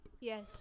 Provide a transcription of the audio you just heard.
Yes